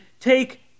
take